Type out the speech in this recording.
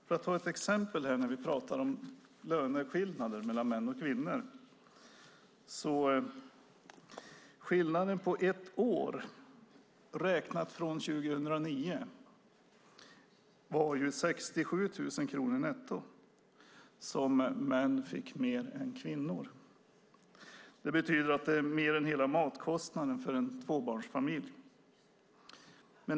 För att ta ett exempel när vi talar om löneskillnader mellan män och kvinnor så var skillnaden på ett år, räknat från 2009, 67 000 kronor netto som män fick mer än kvinnor. Det betyder mer än hela matkostnaden för en tvåbarnsfamilj.